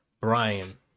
Brian